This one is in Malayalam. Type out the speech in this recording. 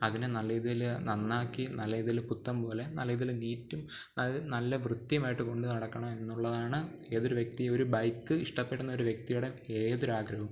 അതിനെ നല്ല രീതിയിൽ നന്നാക്കി നല്ല രീതിയിൽ പുത്തൻ പോലെ നല്ല ഇതിൽ നീറ്റും അതായത് നല്ല വൃത്തിയുമായിട്ട് കൊണ്ടുനടക്കണം എന്നുള്ളതാണ് ഏതൊരു വ്യക്തിയും ഒരു ബൈക്ക് ഇഷ്ടപ്പെടുന്നൊരു വ്യക്തിയുടെ ഏതൊരാഗ്രഹവും